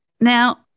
Now